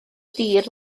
dir